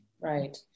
Right